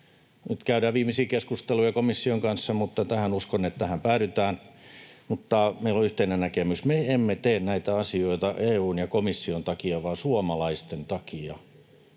Nyt käydään viimeisiä keskusteluja komission kanssa, mutta uskon, että tähän päädytään ja meillä on yhteinen näkemys. Me emme tee näitä asioita EU:n ja komission takia, vaan suomalaisten takia.